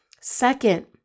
Second